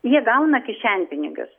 jie gauna kišenpinigius